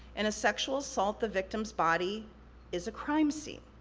in a sexual assault, the victim's body is a crime scene,